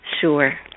Sure